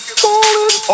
falling